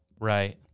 Right